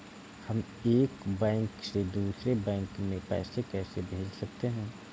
हम एक बैंक से दूसरे बैंक में पैसे कैसे भेज सकते हैं?